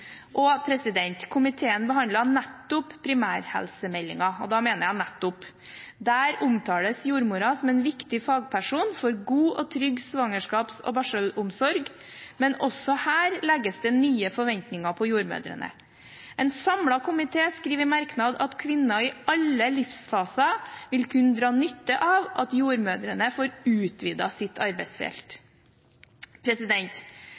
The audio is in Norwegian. Komiteen behandlet nettopp primærhelsemeldingen – og da mener jeg nettopp. Der omtales jordmora som en viktig fagperson for god og trygg svangerskaps- og barselomsorg, men også her legges det nye forventninger på jordmødrene. En samlet komité skriver i en merknad at kvinner i alle livsfaser vil kunne dra nytte av at jordmødrene får utvidet sitt arbeidsfelt.